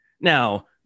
Now